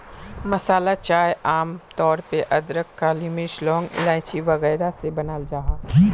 मसाला चाय आम तौर पे अदरक, काली मिर्च, लौंग, इलाइची वगैरह से बनाल जाहा